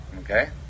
Okay